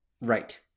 Right